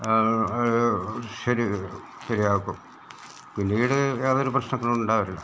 ശരി ശെരിയാക്കും പിന്നീട് യാതൊരു പ്രശ്നങ്ങളും ഉണ്ടാവലില്ല